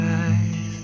eyes